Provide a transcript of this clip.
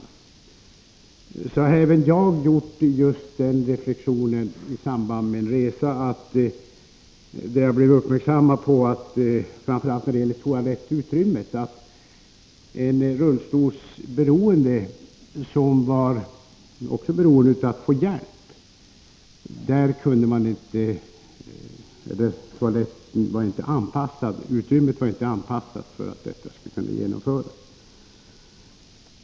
Även jag har reflekterat över de förhållanden han tog upp, nämligen i samband med en resa där jag blev uppmärksammad på att toalettutrymmet inte var anpassat för att användas av en rullstolsbunden handikappad som också är beroende av att få hjälp.